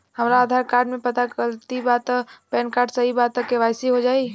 हमरा आधार कार्ड मे पता गलती बा त पैन कार्ड सही बा त के.वाइ.सी हो जायी?